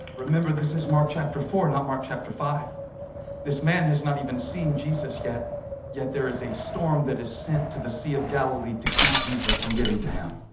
remember this is mark chapter four not mark chapter five this man has not even seen jesus yet yet there is a storm that is sent to the sea of galilee to keep jesus from getting to him